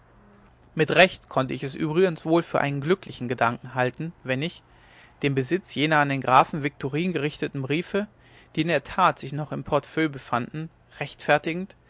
mit recht konnte ich es übrigens wohl für einen glücklichen gedanken halten wenn ich den besitz jener an den grafen viktorin gerichteten briefe die in der tat sich noch im portefeuille befanden rechtfertigend